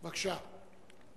בבקשה.